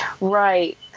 Right